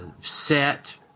set